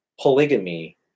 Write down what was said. polygamy